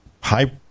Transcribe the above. high